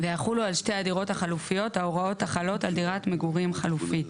ויחולו על שתי הדירות החלופיות ההוראות החלות על דירת מגורים חלופית,